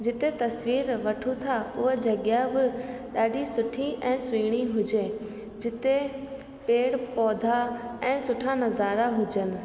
जिते तस्वीर वठूं था उहे जॻहि बि ॾाढी सुठी ऐं सुहिणी हुजे जिते पेड़ पौधा ऐं सुठा नज़ारा हुजनि